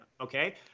okay